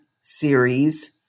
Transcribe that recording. series